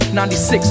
96